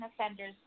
offenders